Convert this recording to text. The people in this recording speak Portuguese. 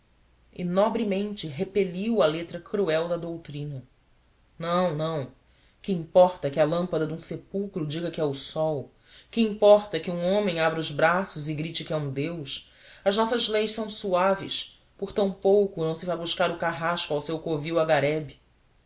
e nobremente repeliu a letra cruel da doutrina não não que importa que a lâmpada de um sepulcro diga que é o sol que importa que um homem abra os braços e grite que é um deus as nossas leis são suaves por tão pouco não se vai buscar o carrasco ao seu covil a garebe